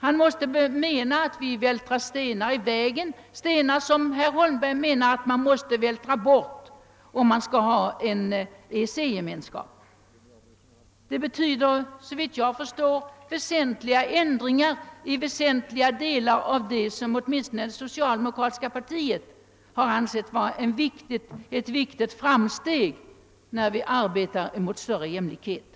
Han menade väl att vi därmed hade vältrat stenar i vägen för en EEC-gemenskap och att de stenarna måste undanröjas. Detta skulle såvitt jag förstår medföra stora ändringar i väsentliga delar av sådant som åtminstone socialdemokratiska partiet har ansett utgöra viktiga framsteg i arbetet mot en ökad jämlikhet.